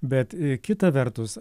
bet kita vertus